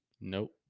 Nope